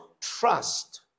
trust